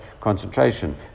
concentration